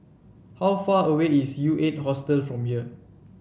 how far away is U Eight Hostel from here